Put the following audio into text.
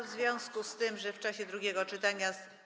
W związku z tym, że w czasie drugiego czytania.